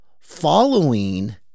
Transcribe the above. Following